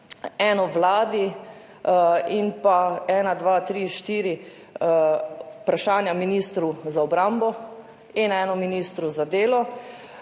eno Vladi in pa štiri vprašanja ministru za obrambo in eno ministru za delo.